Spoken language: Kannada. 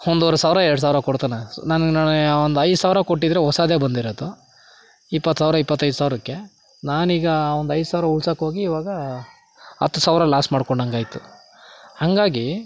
ಒಂದೂವರೆ ಸಾವಿರ ಎರಡು ಸಾವಿರ ಕೊಡ್ತಾನೆ ಸ್ ನನಗೆ ನಾಳೆ ಒಂದು ಐದು ಸಾವಿರ ಕೊಟ್ಟಿದ್ದರೆ ಹೊಸಾದೇ ಬಂದಿರೋದು ಇಪ್ಪತ್ತು ಸಾವಿರ ಇಪ್ಪತ್ತೈದು ಸಾವಿರಕ್ಕೆ ನಾನೀಗ ಒಂದು ಐದು ಸಾವಿರ ಉಳ್ಸಕ್ಕೋಗಿ ಇವಾಗ ಹತ್ತು ಸಾವಿರ ಲಾಸ್ ಮಾಡ್ಕೊಂಡಂಗಾಯ್ತು ಹಾಗಾಗಿ